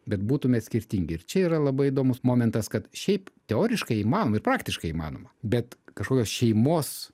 bet būtumėt skirtingi ir čia yra labai įdomus momentas kad šiaip teoriškai įmanoma ir praktiškai įmanoma bet kažkokios šeimos